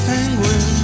Penguin